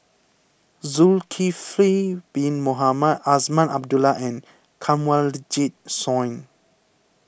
Zulkifli Bin Mohamed Azman Abdullah and Kanwaljit Soin